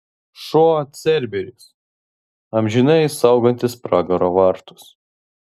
šuo cerberis amžinai saugantis pragaro vartus